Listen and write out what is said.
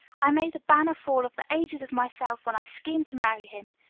i made the banner fool of the ages of myself when i schemed to marry him.